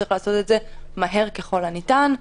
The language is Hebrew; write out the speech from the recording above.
צריך לעשות את זה מהר ככל הניתן.